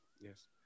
Yes